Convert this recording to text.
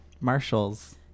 Marshalls